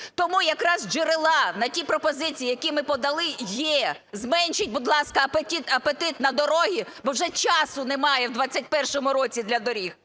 Тому якраз джерела на ті пропозиції, які ми подали, є. Зменшить, будь ласка, апетит на дороги, бо вже часу немає в 21-му році для доріг.